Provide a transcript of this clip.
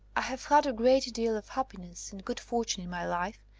i have had a great deal of happiness and good fortune in my life,